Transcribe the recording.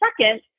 second